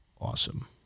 awesome